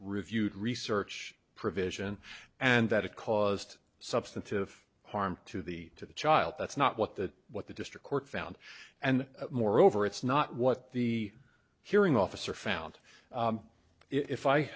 reviewed research provision and that it caused substantive harm to the to the child that's not what the what the district court found and moreover it's not what the hearing officer found if i